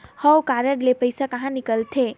हव कारड ले पइसा कहा निकलथे?